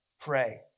pray